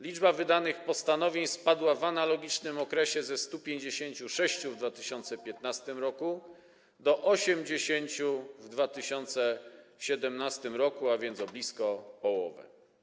Liczba wydanych postanowień spadła w analogicznym okresie ze 156 w 2015 r. do 80 w 2017 r., a więc o blisko połowę.